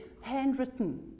handwritten